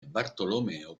bartolomeo